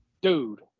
Dude